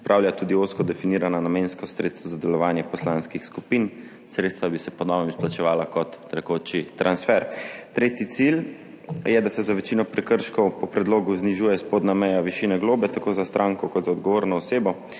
upravlja tudi ozko definirano namenska sredstva za delovanje poslanskih skupin. Sredstva bi se po novem izplačevala kot tekoči transfer, Tretji cilj je, da se za večino prekrškov po predlogu znižuje spodnja meja višine globe tako za stranko kot za odgovorno osebo.